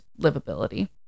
livability